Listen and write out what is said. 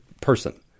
person